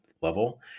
level